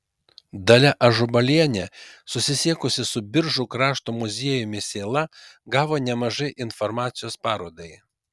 dalia ažubalienė susisiekusi su biržų krašto muziejumi sėla gavo nemažai informacijos parodai